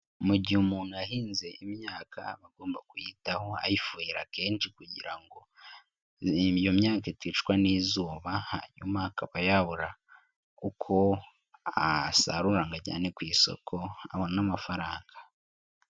Mu gihe umuntu yahinze imyaka aba agomba kuyitaho ayifuhira kenshi kugira ngo iyo myaka iticwa n'izuba hanyuma akabaya yabura uko asarura ngo ajyane ku isoko abone amafaranga.